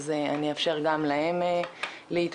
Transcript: אז אני אאפשר גם להם להתבטא,